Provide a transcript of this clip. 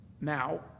Now